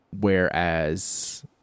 whereas